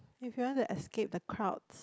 if you want to escape the crowds